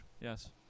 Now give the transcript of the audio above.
yes